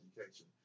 education